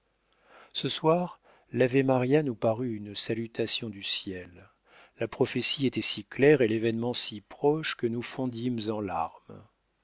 ce soir l'ave maria nous parut une salutation du ciel la prophétie était si claire et l'événement si proche que nous fondîmes en larmes